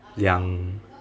两